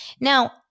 Now